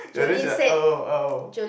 and then she like oh oh